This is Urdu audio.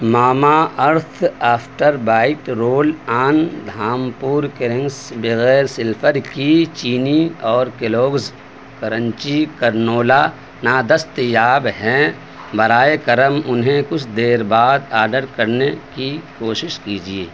mama earth Afterbite roll on Dhampur greens بغیر سلفر کی چینی اور کیلوگز کرنچی کرنولا نادستیاب ہیں براہ کرم انہیں کچھ دیر بعد آڈر کرنے کی کوشش کیجیے